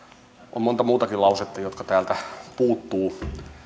on monta muutakin lausetta jotka täältä puuttuvat